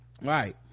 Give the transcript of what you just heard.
right